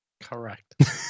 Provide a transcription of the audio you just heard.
Correct